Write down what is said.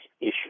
issue